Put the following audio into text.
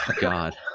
god